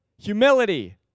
humility